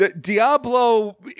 Diablo